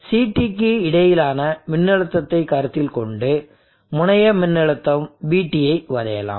CTக்கு இடையிலான மின்னழுத்தத்தை கருத்தில்கொண்டு முனைய மின்னழுத்தம் VTஐ வரையலாம்